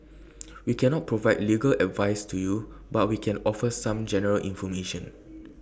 we cannot provide legal advice to you but we can offer some general information